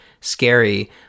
scary